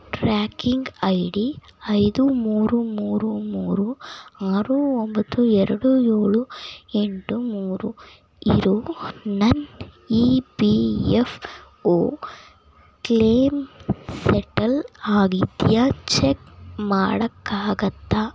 tracking I D ಐದು ಮೂರು ಮೂರು ಮೂರು ಆರು ಒಂಬತ್ತು ಎರಡು ಏಳು ಎಂಟು ಮೂರು ಇರೊ ನನ್ನ E P F O claim settle ಆಗಿದ್ಯಾ ಚೆಕ್ ಮಾಡೋಕ್ಕಾಗುತ್ತಾ